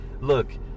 look